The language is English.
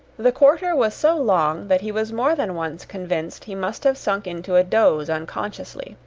the quarter was so long, that he was more than once convinced he must have sunk into a doze unconsciously,